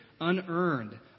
unearned